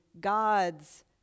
God's